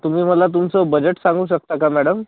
तुम्ही मला तुमचं बजेट सांगू शकता का मॅडम